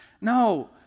No